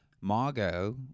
Margo